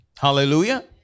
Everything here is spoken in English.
Hallelujah